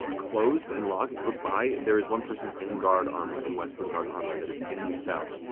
closed and locked as you look by, there is one person in guard armor, in westruun guard armor, that is in the cell.